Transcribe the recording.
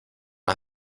has